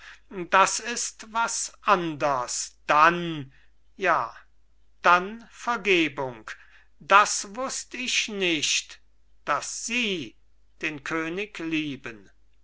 das ist was andres dann ja dann vergebung das wußt ich nicht daß sie den könig lieben